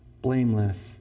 blameless